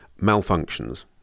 malfunctions